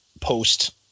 post